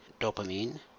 dopamine